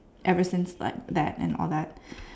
ever since like that and all that